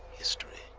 history